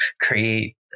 create